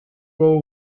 row